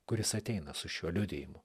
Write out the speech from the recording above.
kuris ateina su šiuo liudijimu